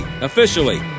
Officially